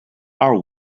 are